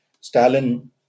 Stalin